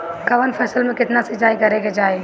कवन फसल में केतना सिंचाई करेके चाही?